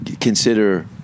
consider